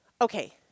okay